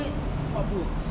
what boots